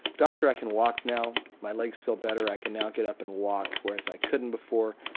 doctor, i can walk now, my legs feel better, i can now get up and walk whereas i couldn't before'.